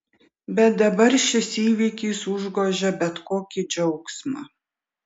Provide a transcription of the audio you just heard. bet dabar šis įvykis užgožia bet kokį džiaugsmą